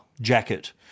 jacket